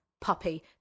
puppy